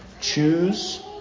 Choose